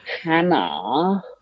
Hannah –